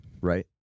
right